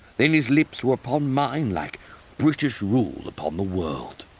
then his lips were upon mine like british rule upon the world.